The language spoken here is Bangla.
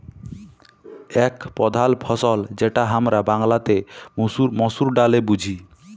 এক প্রধাল ফসল যেটা হামরা বাংলাতে মসুর ডালে বুঝি